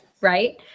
Right